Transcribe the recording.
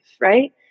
right